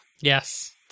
Yes